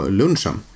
lunchen